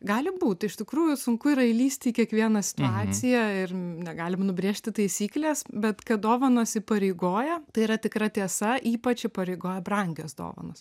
gali būt iš tikrųjų sunku yra įlįsti į kiekvieną situaciją ir negalima nubrėžti taisyklės bet kad dovanos įpareigoja tai yra tikra tiesa ypač įpareigoja brangios dovanos